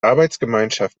arbeitsgemeinschaft